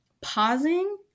pausing